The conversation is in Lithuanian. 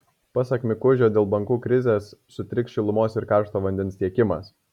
pasak mikužio dėl bankų krizės sutriks šilumos ir karšto vandens tiekimas